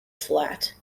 flat